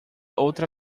outra